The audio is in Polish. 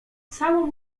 całą